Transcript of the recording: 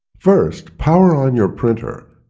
first, power on your printer